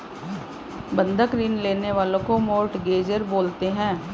बंधक ऋण लेने वाले को मोर्टगेजेर बोलते हैं